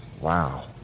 Wow